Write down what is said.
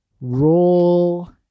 roll